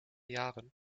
jahren